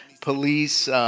police